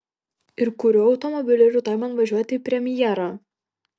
ir kuriuo automobiliu rytoj man važiuoti į premjerą